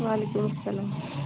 وعلیکُم سلام